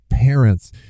parents